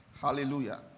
Hallelujah